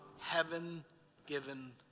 heaven-given